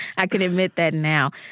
i can admit that now.